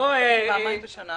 אי אפשר?